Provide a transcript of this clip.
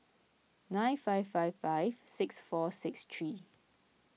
nine five five five six four six three